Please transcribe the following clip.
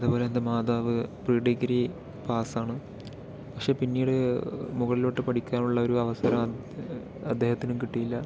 അതുപോലെ എൻ്റെ മാതാവ് പ്രീഡിഗ്രി പാസ് ആണ് പക്ഷേ പിന്നീട് മുകളിലോട്ട് പഠിക്കാനുള്ള ഒരു അവസരം അദ്ദേഹത്തിനും കിട്ടിയില്ല